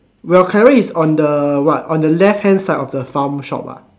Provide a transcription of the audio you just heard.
your carrot is on the what on the left hand side of the farm shop ah